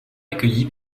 accueilli